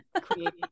creating